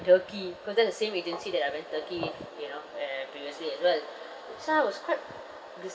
turkey because that's the same agency that I went turkey you know uh previously it run so I was quite